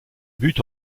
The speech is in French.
but